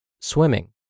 swimming